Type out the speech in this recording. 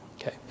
Okay